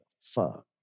Fuck